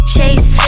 Chase